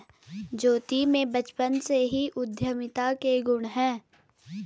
ज्योति में बचपन से ही उद्यमिता के गुण है